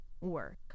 work